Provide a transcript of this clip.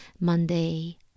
Monday